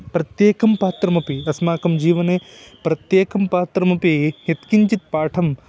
प्रत्येकं पात्रमपि अस्माकं जीवने प्रत्येकं पात्रमपि यत्किञ्चित् पाठम्